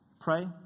Pray